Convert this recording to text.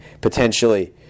potentially